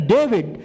David